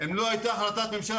אני אומר לכם אם לא הייתה החלטת ממשלה